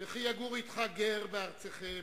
"וכי יגור אתך גר בארצכם